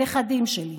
הנכדים שלי.